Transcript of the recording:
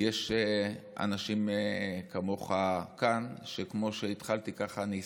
יש אנשים כמוך כאן, שכמו שהתחלתי כך אני אסיים,